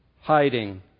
hiding